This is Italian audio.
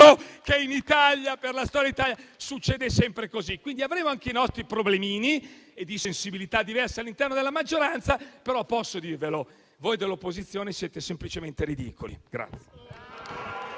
che in Italia, per la nostra storia, succede sempre così. Avremo anche i nostri problemini e sensibilità diverse all'interno della maggioranza, però, se posso dirvelo, voi dell'opposizione siete semplicemente ridicoli.